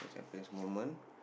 my best moment